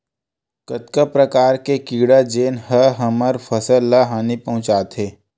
कतका प्रकार के कीड़ा जेन ह हमर फसल ल हानि पहुंचाथे?